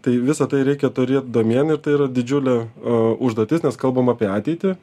tai visa tai reikia turėt domėn ir tai yra didžiulė užduotis nes kalbam apie ateitį